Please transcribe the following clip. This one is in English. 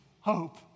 hope